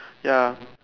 ya